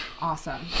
Awesome